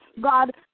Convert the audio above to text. God